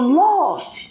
lost